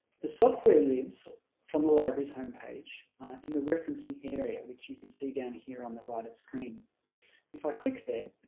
the software lives on the library's homepage in the referencing area which you can see down here on the right of screen if i click there